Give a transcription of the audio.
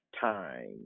time